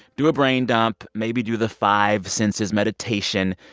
do a brain dump. maybe do the five senses meditation.